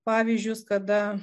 pavyzdžius kada